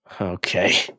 okay